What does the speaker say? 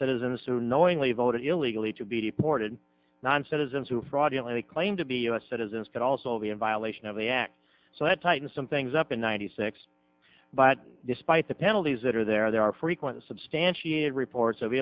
citizens who knowingly voted illegally to be deported non citizens who fraudulently claim to be u s citizens could also be in violation of the act so that tighten some things up in ninety six but despite the penalties that are there there are frequent substantiated reports of